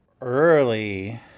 Early